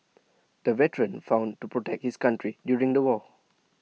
the veteran found to protect his country during the war